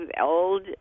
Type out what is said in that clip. old